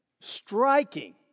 striking